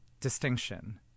distinction